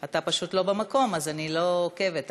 אתה פשוט לא במקום, אז אני לא עוקבת אחריך.